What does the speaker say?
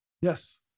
Yes